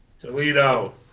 Toledo